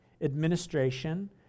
administration